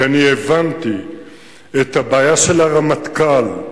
כי אני הבנתי את הבעיה של הרמטכ"ל,